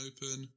Open